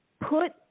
put